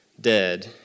dead